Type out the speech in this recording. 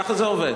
ככה זה עובד.